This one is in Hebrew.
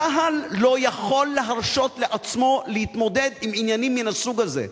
צה"ל לא יכול להרשות לעצמו להתמודד עם עניינים מן הסוג הזה,